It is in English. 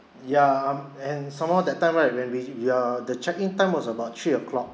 ya um and some more that time right when we we uh the check in time was about three o'clock